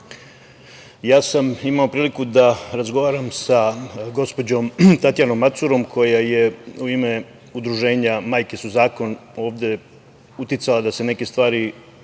sam priliku da razgovaram sa gospođom Tatjanom Macurom koja je u ime Udruženja „Majke su zakon“ ovde uticala da se neke stvari iznesu